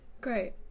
Great